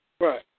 Right